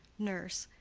nurse.